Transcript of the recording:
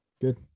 Good